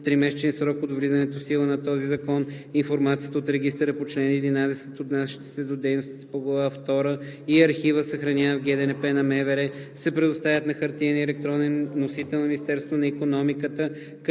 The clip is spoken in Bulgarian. тримесечен срок от влизането в сила на този закон информацията от регистъра по чл. 11, отнасяща се до дейностите по Глава втора и архивът, съхраняван в ГДНП на МВР, се предоставят на хартиен и електронен носител на Министерството на икономиката,